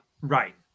Right